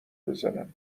بزنم